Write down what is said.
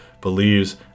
believes